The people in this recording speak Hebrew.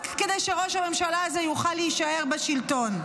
רק כדי שראש הממשלה הזה יוכל להישאר בשלטון,